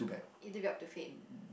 eat it up to fed